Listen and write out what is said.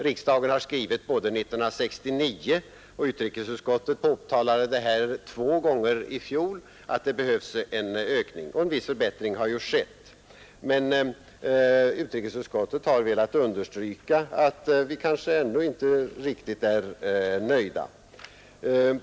Riksdagen har skrivit 1969 och utrikesutskottet påtalade två gånger i fjol att en ökning behövs. En viss förbättring har ju även skett. Utrikesutskottet har emellertid velat understryka att vi ännu inte är riktigt nöjda.